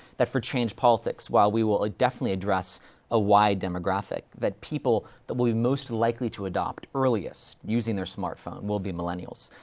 that for change politics, while we will ah definitely address a wide demographic, that people that will be most likely to adopt earliest, using their smartphone, will be millennials.